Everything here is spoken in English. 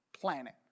planet